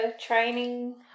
training